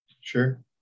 Sure